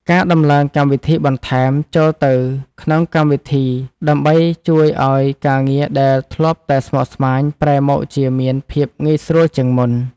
ការដំឡើងកម្មវិធីបន្ថែមចូលទៅក្នុងកម្មវិធីដើមអាចជួយឱ្យការងារដែលធ្លាប់តែស្មុគស្មាញប្រែមកជាមានភាពងាយស្រួលជាងមុន។